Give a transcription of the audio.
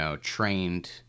trained